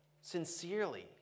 sincerely